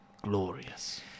glorious